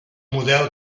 model